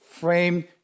frame